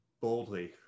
boldly